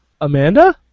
Amanda